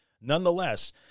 Nonetheless